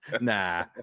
Nah